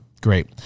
Great